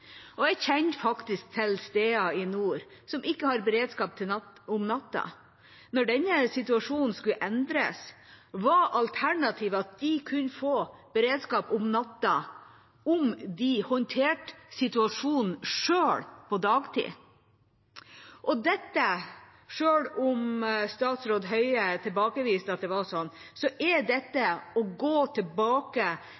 Jeg kjenner faktisk til steder i nord som ikke har beredskap om natta. Da denne situasjonen skulle endres, var alternativet at de kunne få beredskap om natta om de håndterte situasjonen selv på dagtid. Selv om statsråd Høie tilbakeviser at det var slik, er dette